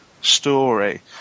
story